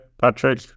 patrick